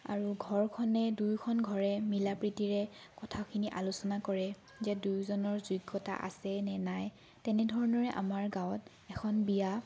আৰু ঘৰখনে দুয়োখন ঘৰে মিলাপ্ৰিতীৰে কথাখিনি আলোচনা কৰে যে দুয়োজনৰ যোগ্যতা আছে নে নাই তেনেধৰণৰে আমাৰ গাঁৱত এখন বিয়া